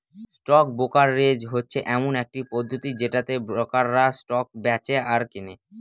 stock brokerage হচ্ছে এমন একটি পদ্ধতি যেটাতে ব্রোকাররা স্টক বেঁচে আর কেনে